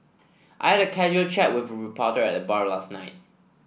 I had a casual chat with a reporter at the bar last night